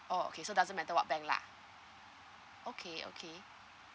oh okay so doesn't matter what bank lah okay okay